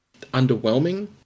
underwhelming